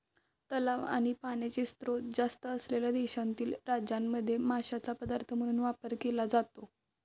तलाव आणि पाण्याचे स्त्रोत जास्त असलेल्या देशातील अनेक राज्यांमध्ये माशांचा पदार्थ म्हणून वापर केला जातो